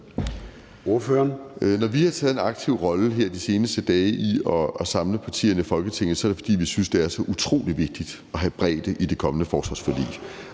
Når vi har indtaget en aktiv rolle her de seneste dage i at samle partierne i Folketinget, er det, fordi vi synes, det er så utrolig vigtigt at have bredde i det kommende forsvarsforlig.